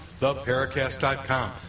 theparacast.com